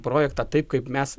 projektą taip kaip mes